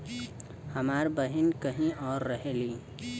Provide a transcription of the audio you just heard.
हमार बहिन कहीं और रहेली